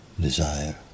desire